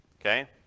Okay